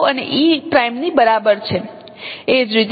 એ જ રીતે F ડાબી બાજુ નો નલ વેક્ટર